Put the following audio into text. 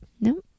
Nope